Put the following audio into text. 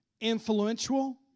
influential